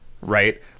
right